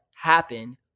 happen